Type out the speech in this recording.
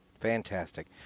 Fantastic